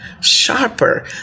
sharper